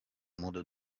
modo